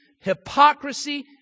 hypocrisy